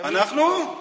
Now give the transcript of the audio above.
אנחנו?